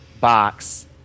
box